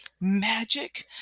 magic